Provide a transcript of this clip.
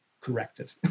corrected